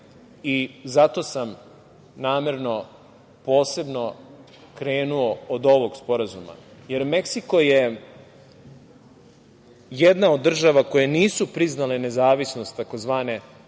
zato sam namerno posebno krenuo od ovog sporazuma, jer Meksiko je jedna od država koje nisu priznale nezavisnost tzv.